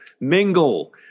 mingle